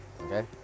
okay